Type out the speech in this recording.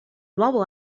nuovo